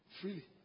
Freely